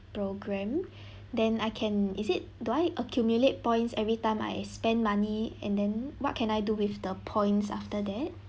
program then I can is it do I accumulate points every time I spend money and then what can I do with the points after that